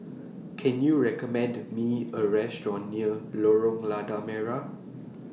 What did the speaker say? Can YOU recommend Me A Restaurant near Lorong Lada Merah